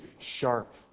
sharp